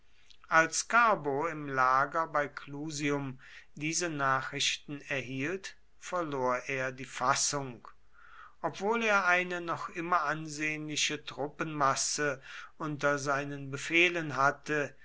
als carbo im lager bei clusium diese nachrichten erhielt verlor er die fassung obwohl er eine noch immer ansehnliche truppenmasse unter seinen befehlen hatte